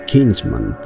Kinsman